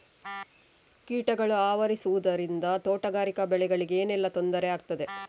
ಕೀಟಗಳು ಆವರಿಸುದರಿಂದ ತೋಟಗಾರಿಕಾ ಬೆಳೆಗಳಿಗೆ ಏನೆಲ್ಲಾ ತೊಂದರೆ ಆಗ್ತದೆ?